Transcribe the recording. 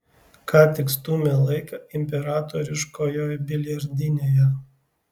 ką tik stūmė laiką imperatoriškojoj biliardinėje